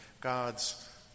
God's